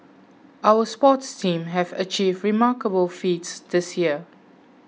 our sports teams have achieved remarkable feats this year